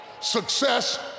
Success